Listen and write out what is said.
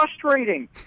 frustrating